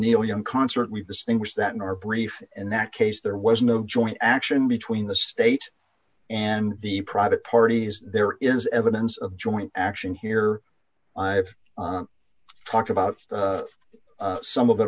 neil young concert we distinguish that in our brief in that case there was no joint action between the state and the private parties there is evidence of joint action here i have talked about some of it